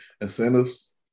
incentives